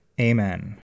Amen